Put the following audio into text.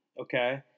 Okay